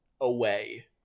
away